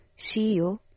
CEO